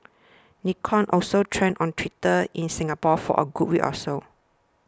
Nikon also trended on Twitter in Singapore for a good week or so